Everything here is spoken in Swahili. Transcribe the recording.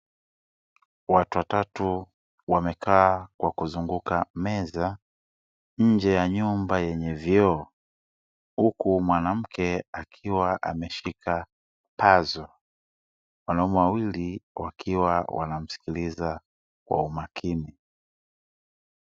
Watu watatu wamekaa kwa kuzunguka meza njee ya nyumba yenye vioo huku mwanamke akiwa ameshika pazo, wanaume wawili wakiwa wanamsikiliza kwa umakini.